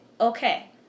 okay